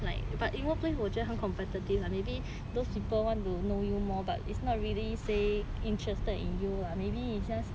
like but in workplace 我觉得很 competitive maybe those people want to know you more but it's not really say interested in you lah maybe it's just